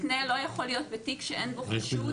הסדר מותנה לא יכול להיות בתיק שאין בו חשוד.